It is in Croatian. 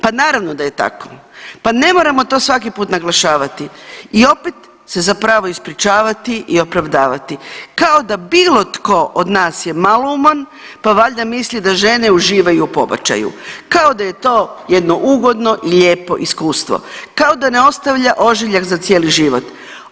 Pa naravno da je tako, pa ne moramo svaki put to naglašavati i opet se zapravo ispričavati i opravdati kao da bilo tko od nas je malouman pa valjda misli da žene uživaju u pobačaju kao da je to jedno ugodno i lijepo iskustvo, kao da ne ostavlja ožiljak za cijeli život.